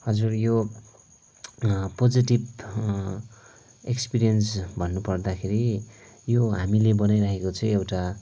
हजुर यो positive experience भन्नु पर्दाखेरि यो हामीले बनाइराखेको चाहिँ एउटा